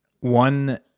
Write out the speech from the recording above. One